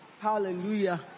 Hallelujah